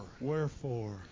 Wherefore